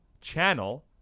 channel